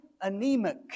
anemic